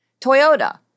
Toyota